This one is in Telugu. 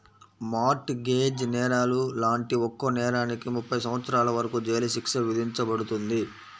మార్ట్ గేజ్ నేరాలు లాంటి ఒక్కో నేరానికి ముప్పై సంవత్సరాల వరకు జైలు శిక్ష విధించబడుతుంది